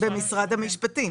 במשרד המשפטים.